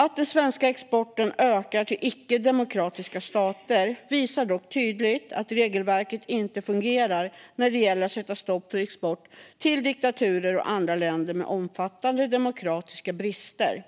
Att den svenska exporten ökar till icke-demokratiska stater visar dock tydligt att regelverket inte fungerar när det gäller att sätta stopp för export till diktaturer och andra länder med omfattande demokratiska brister.